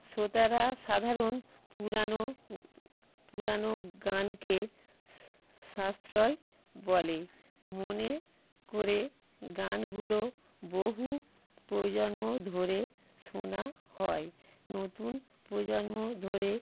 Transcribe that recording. শ্রোতারা সাধারণ পুরানো পুরানো গানকে স্ সাশ্রয় বলে মনে করে গানগুলো বহু প্রজন্ম ধরে শোনা হয় নতুন প্রজন্ম ধরে